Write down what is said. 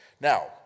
Now